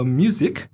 music